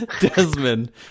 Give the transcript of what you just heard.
Desmond